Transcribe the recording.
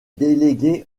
délégués